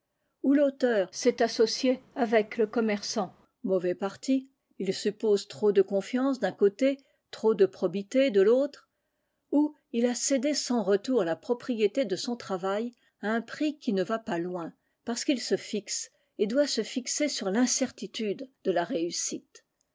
ou l'auteur s'est associé avec le commerçant mauvais parti il suppose trop de confiance d'un côté trop de probité de l'autre ou il a cédé sans retour la propriété de son travail à un prix qui ne va pas loin parce qu'il se fixe et doit se fixer sur l'incertitude de la réussite